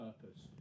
purpose